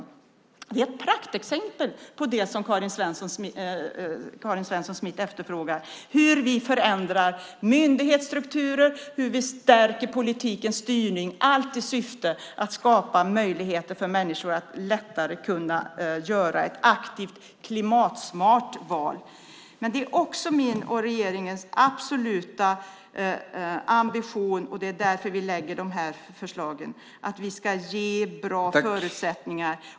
Detta är ett praktexempel på det som Karin Svensson Smith efterfrågar, hur vi förändrar myndighetsstrukturer och hur vi stärker politikens styrning, allt i syfte att skapa möjligheter för människor att lättare göra ett aktivt klimatsmart val. Men det är också min och regeringens absoluta ambition - det är därför som vi lägger fram dessa förslag - att vi ska ge bra förutsättningar.